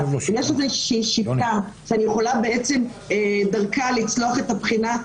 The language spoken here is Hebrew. איזושהי שיטה שאני יכולה דרכה לצלוח את הבחינה,